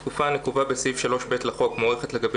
התקופה הנקובה בסעיף 3(ב) לחוק מוארכת לגבי